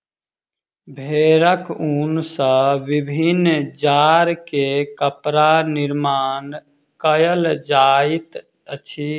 भेड़क ऊन सॅ विभिन्न जाड़ के कपड़ा निर्माण कयल जाइत अछि